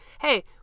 Hey